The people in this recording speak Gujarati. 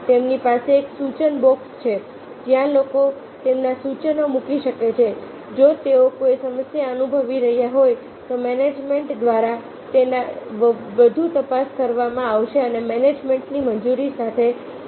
તેમની પાસે એક સૂચન બોક્સ છે જ્યાં લોકો તેમના સૂચનો મૂકી શકે છે જો તેઓ કોઈ સમસ્યા અનુભવી રહ્યા હોય તો મેનેજમેન્ટ દ્વારા તેની વધુ તપાસ કરવામાં આવશે અને મેનેજમેન્ટની મંજૂરી સાથે તેને ચલાવવામાં આવશે